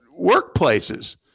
workplaces